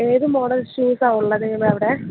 ഏത് മോഡൽ ഷൂസാനു ഉള്ളത് നിങ്ങളുടെ അവിടെ